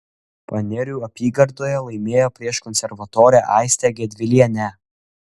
panerių apygardoje laimėjo prieš konservatorę aistę gedvilienę